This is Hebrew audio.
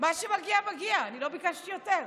מה שמגיע מגיע, אני לא ביקשתי יותר.